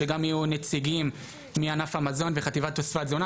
שגם יהיו נציגים מענף המזון וחטיבת תוספי התזונה.